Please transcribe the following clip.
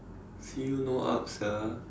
feel no up sia